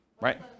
right